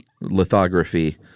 lithography